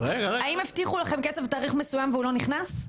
האם הבטיחו לכם כסף בתאריך מסוים והוא לא נכנס?